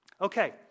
Okay